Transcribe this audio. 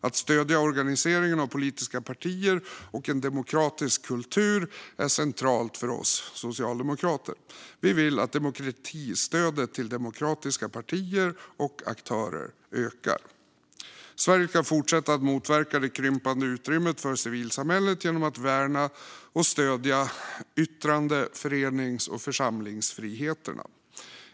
Att stödja organiseringen av politiska partier och en demokratisk kultur är centralt för oss socialdemokrater. Vi vill att demokratistödet till demokratiska partier och aktörer ökar. Sverige ska fortsätta att motverka det krympande utrymmet för civilsamhället genom att värna och stödja yttrande, förenings och församlingsfriheterna.